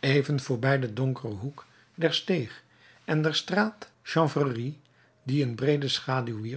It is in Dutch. even voorbij den donkeren hoek der steeg en der straat chanvrerie die een breede schaduw